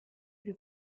più